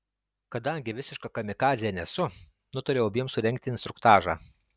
kadangi visiška kamikadzė nesu nutariau abiem surengti instruktažą